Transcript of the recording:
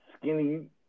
skinny